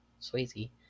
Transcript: Swayze